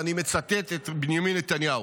ואני מצטט את בנימין נתניהו: